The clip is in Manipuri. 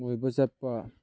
ꯀꯣꯏꯕ ꯆꯠꯄ